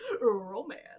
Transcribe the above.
Romance